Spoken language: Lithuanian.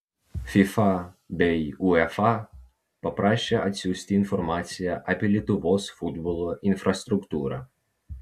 fifa bei uefa paprašė atsiųsti informaciją apie lietuvos futbolo infrastruktūrą